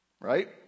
right